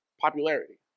popularity